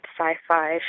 sci-fi